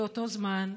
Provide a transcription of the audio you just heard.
באותו זמן,